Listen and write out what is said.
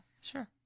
sure